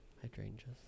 hydrangeas